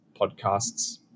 podcasts